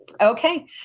Okay